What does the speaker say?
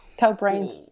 Cowbrains